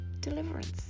deliverance